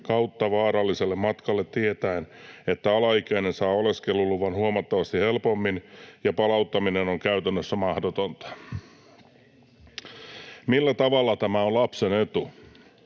kautta vaaralliselle matkalle tietäen, että alaikäinen saa oleskeluluvan huomattavasti helpommin ja palauttaminen on käytännössä mahdotonta. [Mauri Peltokangas: Jos